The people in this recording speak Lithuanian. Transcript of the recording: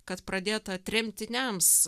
kad pradėta tremtiniams